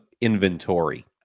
inventory